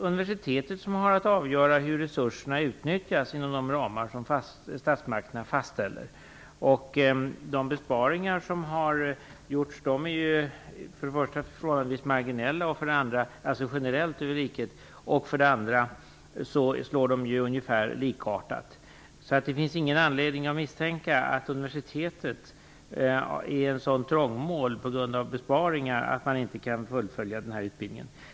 Universitetet har att avgöra hur resurserna utnyttjas inom de ramar som statsmakterna fastställer. De besparingar som har gjorts är för det första, generellt över riket, förhållandevis marginella. För det andra slår de ungefärligen likartat. Det finns således ingen anledning att misstänka att universitetet på grund av besparingar är i sådant trångmål att man inte kan fullfölja den här utbildningen.